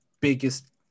biggest